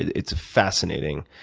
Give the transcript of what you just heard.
it's a fascinating,